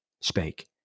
spake